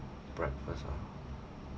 prep first ah